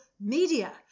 media